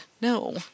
no